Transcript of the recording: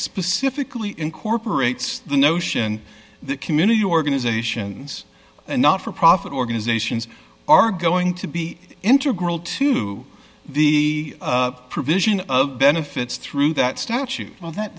specifically incorporates the notion that community organizations and not for profit organizations are going to be entered to the provision of benefits through that statute well that